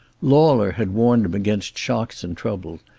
lauler had warned him against shocks and trouble,